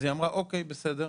אז היא אמרה, אוקיי, בסדר.